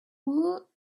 woot